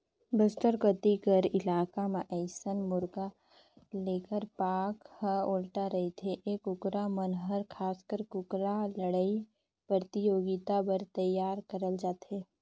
बस्तर कोती कर इलाका म अइसन मुरगा लेखर पांख ह उल्टा रहिथे ए कुकरा मन हर खासकर कुकरा लड़ई परतियोगिता बर तइयार करल जाथे